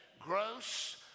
gross